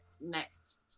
next